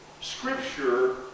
scripture